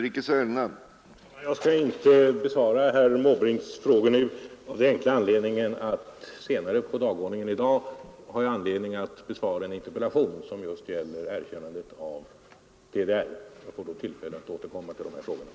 Herr talman! Jag skall inte besvara herr Måbrinks frågor nu av den enkla anledningen att jag senare på dagordningen kommer att besvara en interpellation som gäller erkännande av TDR. Jag får då tillfälle att återkomma till dessa frågor.